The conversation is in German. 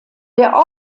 der